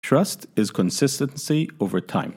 Trust is consistency over time.